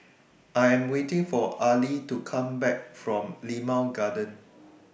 I Am waiting For Arly to Come Back from Limau Garden